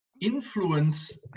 influence